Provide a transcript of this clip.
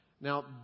Now